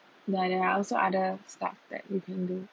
there are also other stuff that you can do